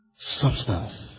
Substance